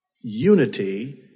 Unity